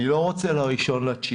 אני לא רוצה ל-1.9,